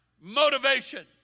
motivation